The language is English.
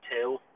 two